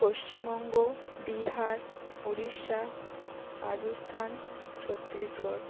Paschimbanga Bihar Orissa Rajasthan Chhattisgarh